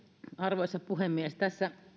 arvoisa puhemies tässä